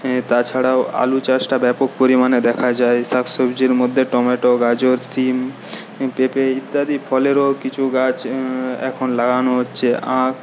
তাছাড়াও আলু চাষটা ব্যাপক পরিমাণে দেখা যায় শাকসবজির মধ্যে টমেটো গাজর শিম পেঁপে ইত্যাদি ফলেরও কিছু গাছ এখন লাগানো হচ্ছে আখ